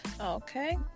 Okay